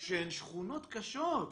שהן שכונות קשות.